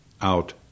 out